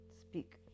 speak